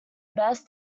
best